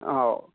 ओ